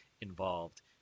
involved